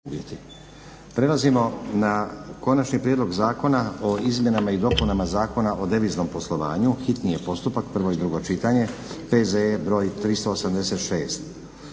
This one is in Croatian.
Prelazimo na: - Konačni prijedlog Zakona o izmjenama i dopunama Zakona o deviznom poslovanju, hitni postupak, prvo i drugo čitanje, P.Z.E. br. 386;